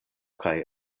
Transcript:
kaj